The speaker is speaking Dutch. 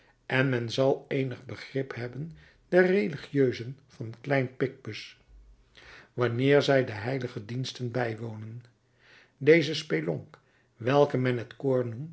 en men zal eenig begrip hebben der religieusen van klein picpus wanneer zij de heilige diensten bijwonen deze spelonk welke men